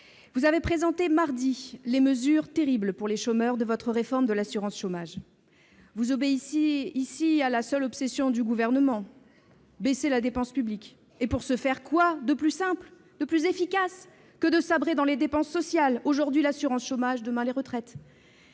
vous avez présenté mardi les mesures terribles, pour les chômeurs, de votre réforme de l'assurance chômage. Vous obéissez à l'unique obsession du Gouvernement : baisser la dépense publique ! Et pour ce faire, quoi de plus simple et de plus efficace que de sabrer dans les dépenses sociales ? Aujourd'hui l'assurance chômage, demain les retraites